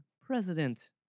president